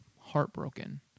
heartbroken